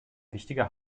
wichtiger